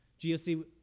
GOC